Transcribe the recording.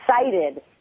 excited